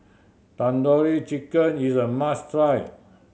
Tandoori Chicken is a must try